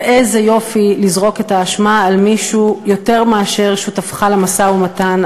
ואיזה יופי לזרוק את האשמה על מישהו יותר מאשר שותפך למשא-ומתן,